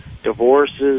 divorces